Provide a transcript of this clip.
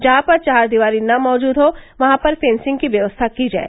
जहां पर चहारदीवारी न मौजूद हो वहां पर फेन्सिंग की व्यवस्था की जाए